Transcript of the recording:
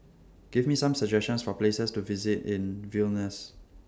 Give Me Some suggestions For Places to visit in Vilnius